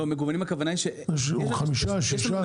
יש לנו חמישה, שישה?